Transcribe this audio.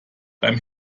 beim